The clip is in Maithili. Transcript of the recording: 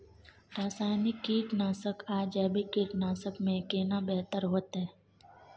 रसायनिक कीटनासक आ जैविक कीटनासक में केना बेहतर होतै?